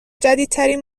جدیدترین